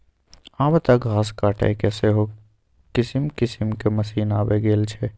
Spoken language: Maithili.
आब तँ घास काटयके सेहो किसिम किसिमक मशीन आबि गेल छै